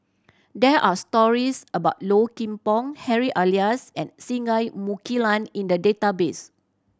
there are stories about Low Kim Pong Harry Elias and Singai Mukilan in the database